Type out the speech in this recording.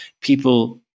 people